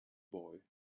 boy